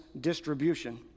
distribution